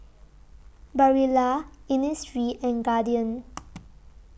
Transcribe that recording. Barilla Innisfree and Guardian